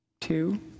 two